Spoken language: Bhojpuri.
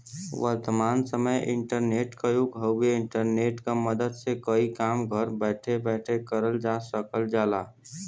वर्तमान समय इंटरनेट क युग हउवे इंटरनेट क मदद से कई काम घर बैठे बैठे करल जा सकल जाला